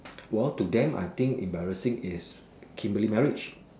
!whoa! to them I think embarrassing is Kimberly marriage